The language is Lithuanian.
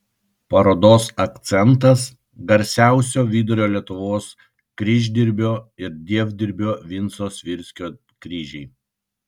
parodos akcentas garsiausio vidurio lietuvos kryždirbio ir dievdirbio vinco svirskio kryžiai